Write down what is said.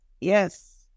Yes